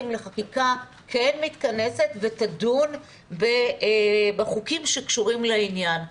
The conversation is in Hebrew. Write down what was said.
לחקיקה כן מתכנסת ותדון בחוקים שקשורים לעניין.